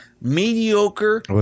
mediocre